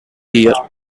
year